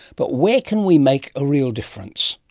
but where can we make a real difference?